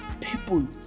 people